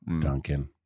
Duncan